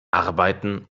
arbeiten